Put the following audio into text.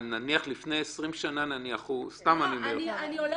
לפני 20 שנה נניח, סתם אני אומר